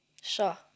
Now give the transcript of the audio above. Sure